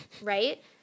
right